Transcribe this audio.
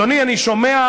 אדוני, אני שומע,